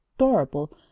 adorable